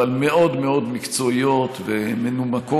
אבל מאוד מאוד מקצועיות ומנומקות,